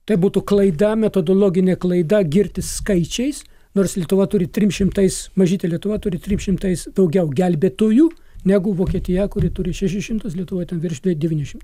tai būtų klaida metodologinė klaida girtis skaičiais nors lietuva turi trim šimtais mažytė lietuva turi trim šimtais daugiau gelbėtojų negu vokietija kuri turi šešis šimtus lietuvoj turi virš devyniasdešimt